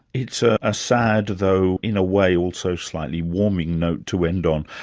it's ah a sad, though in a way also slightly warming note to end on.